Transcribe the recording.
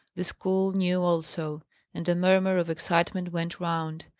the school knew also and a murmur of excitement went round.